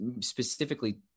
specifically